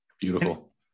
Beautiful